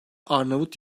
arnavut